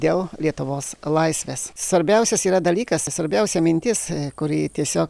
dėl lietuvos laisvės svarbiausias yra dalykas svarbiausia mintis kuri tiesiog